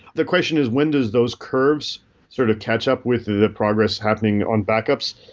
the question is when does those curves sort of catch up with the progress happening on backups.